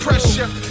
Pressure